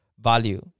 value